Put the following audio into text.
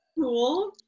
cool